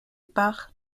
par